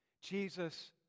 Jesus